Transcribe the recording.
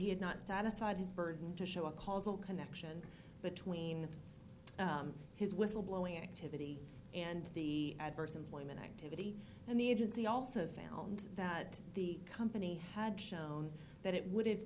he had not satisfied his burden to show a causal connection between his whistleblowing activity and the adverse employment activity and the agency also found that the company had shown that it would